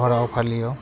हराव फालियो